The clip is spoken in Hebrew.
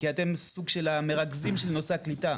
כי אתם סוג של המרכזים של נושא הקליטה.